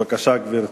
ללכת למדינה